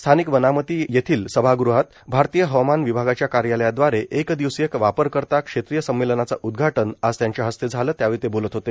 स्थानिक वनामती येथील सभागृहात भारतीय हवामान विभागाच्या कार्यालयादवारे एक दिवसीय वापरकर्ता क्षेत्रीय संमेलनाचं उदघाटन आज त्यांच्या हस्ते झाले त्यावेळी ते बोलत होते